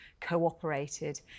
cooperated